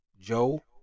Joe